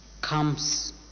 comes